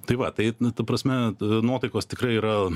tai va tai nu ta prasme nuotaikos tikrai yra